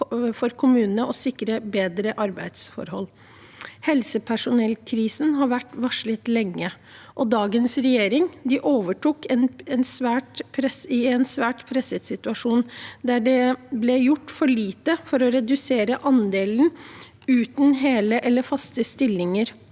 for kommunene å sikre bedre arbeidsforhold. Helsepersonellkrisen har vært varslet lenge, og dagens regjering overtok i en svært presset situasjon der det ble gjort for lite for å redusere andelen uten hele eller faste stillinger.